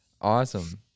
Awesome